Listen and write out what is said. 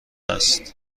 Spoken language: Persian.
است